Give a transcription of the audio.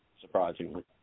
surprisingly